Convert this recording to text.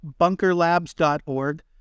bunkerlabs.org